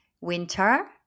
Winter